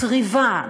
הצריבה,